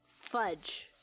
fudge